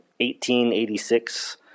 1886